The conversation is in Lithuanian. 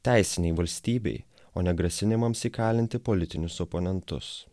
teisinei valstybei o ne grasinimams įkalinti politinius oponentus